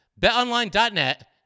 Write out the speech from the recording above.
BetOnline.net